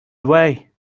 away